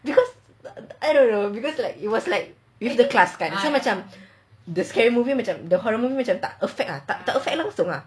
because I don't know because like it was like with the class kan so macam the scary movie macam the horror movie macam tak affect tak affect langsung ah